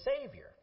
Savior